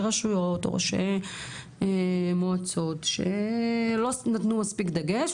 רשויות או ראשי מועצות שלא נתנו מספיק דגש,